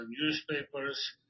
newspapers